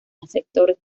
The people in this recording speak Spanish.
sector